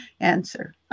answer